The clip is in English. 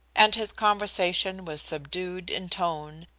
and his conversation was subdued in tone,